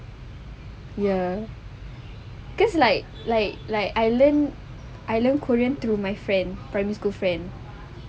ya cause like like like I learn I learn korean to my friend primary school friend